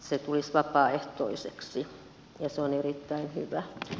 se tulisi vapaaehtoiseksi ja se on erittäin hyvä